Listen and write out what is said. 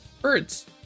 birds